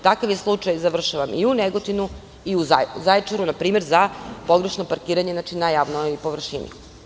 Takav je slučaj i u Negotinu i u Zaječaru, na primer, za pogrešno parkiranje na javnoj površini.